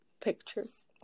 pictures